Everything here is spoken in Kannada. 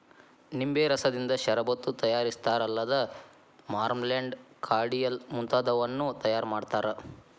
ನಿಂಬೆ ರಸದಿಂದ ಷರಬತ್ತು ತಯಾರಿಸ್ತಾರಲ್ಲದ ಮಾರ್ಮಲೆಂಡ್, ಕಾರ್ಡಿಯಲ್ ಮುಂತಾದವನ್ನೂ ತಯಾರ್ ಮಾಡ್ತಾರ